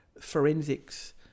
forensics